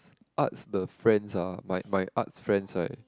~s arts the friends ah my my art friends right